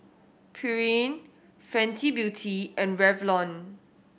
Pureen Fenty Beauty and Revlon